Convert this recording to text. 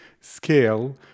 scale